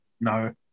no